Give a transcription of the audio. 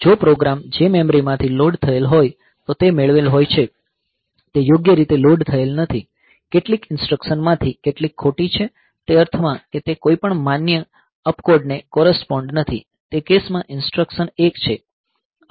જો પ્રોગ્રામ જે મેમરીમાં લોડ થયેલ હોય તો તે મેળવેલ હોય છે તે યોગ્ય રીતે લોડ થયેલ નથી કેટલીક ઈન્સ્ટ્રકશનમાંથી કેટલીક ખોટી છે તે અર્થમાં કે તે કોઈપણ માન્ય અપકોડને કોરસપોંડ નથી તે કેસમાં ઈન્સ્ટ્રકશન એક છે